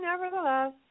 nevertheless